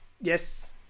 Yes